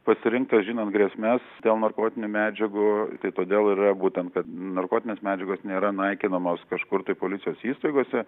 pasirinktas žinom grėsmes dėl narkotinių medžiagų tai todėl yra būtent kad narkotinės medžiagos nėra naikinamos kažkur tai policijos įstaigose